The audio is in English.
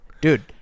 Dude